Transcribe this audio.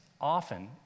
often